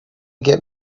get